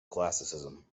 classicism